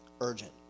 urgent